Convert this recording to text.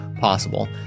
possible